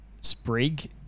Sprig